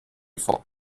vor